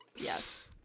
yes